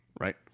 Right